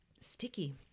Sticky